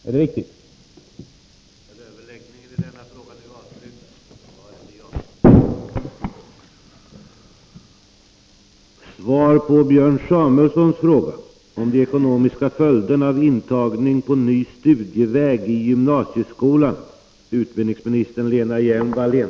Är det riktigt uppfattat?